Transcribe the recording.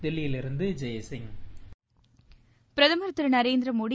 தில்லியிலிருந்து ஜெய்சிங் பிரதம் திரு நரேந்திரமோடி